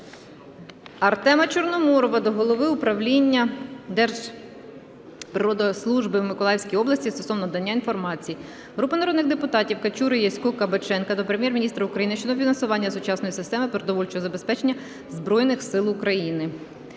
Артема Чорноморова до Голови управління Держпродспоживслужби в Миколаївській області стосовно надання інформації. Групи народних депутатів (Качури, Ясько, Кабаченка) до Прем'єр-міністра України щодо фінансування сучасної системи продовольчого забезпечення Збройних Сил України.